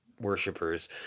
worshippers